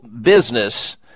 business